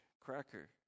cracker